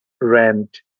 rent